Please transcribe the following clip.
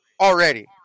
Already